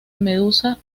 medusa